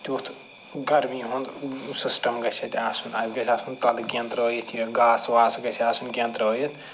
تیُتھ گرمی ہُنٛد سِسٹم گژھِ اَتہِ آسُن اَتھ گژھِ آسُن تَلہٕ کیٚنٛہہ ترٛٲیِتھ یا گاسہٕ واسہٕ گژھِ آسُن کیٚنٛہہ ترٛٲیِتھ